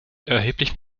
erheblich